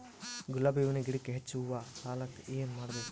ಗುಲಾಬಿ ಹೂವಿನ ಗಿಡಕ್ಕ ಹೆಚ್ಚ ಹೂವಾ ಆಲಕ ಏನ ಮಾಡಬೇಕು?